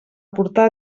portar